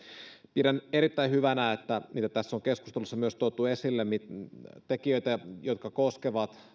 pidän erittäin hyvänä tekijöitä mitä on myös tässä keskustelussa tuotu esille jotka koskevat